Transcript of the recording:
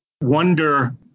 wonder